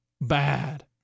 bad